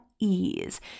ease